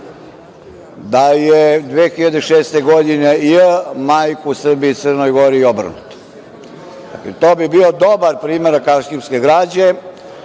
da je 2006. godine – j… majku Srbiji i Crnoj Gori i obrnuto. To bi bio dobar primerak arhivske građe,